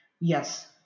Yes